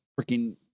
freaking